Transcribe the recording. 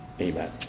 Amen